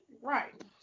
right